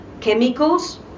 chemicals